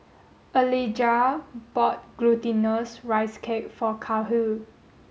Elijah bought glutinous rice cake for Kahlil